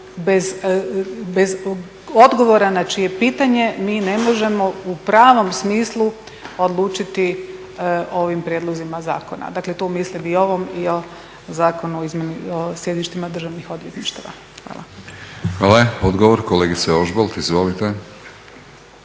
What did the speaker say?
bez odgovora na čije pitanje mi ne možemo u pravom smislu odlučiti o ovim prijedlozima zakona. Dakle, tu mislim i o ovom i o Zakonu o sjedištima državnih odvjetništava. Hvala. **Batinić, Milorad (HNS)** Hvala. Odgovor, kolegice Ožbolt. Izvolite.